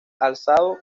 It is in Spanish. alzado